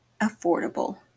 affordable